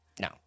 No